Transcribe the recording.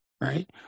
right